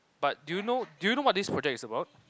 but do you know do you know what this project is about